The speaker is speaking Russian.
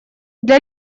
для